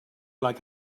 like